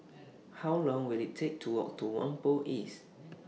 How Long Will IT Take to Walk to Whampoa East